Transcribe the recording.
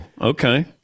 okay